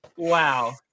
Wow